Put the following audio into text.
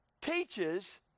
teaches